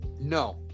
No